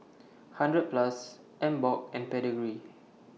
hundred Plus Emborg and Pedigree